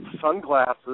sunglasses